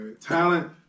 Talent